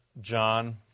John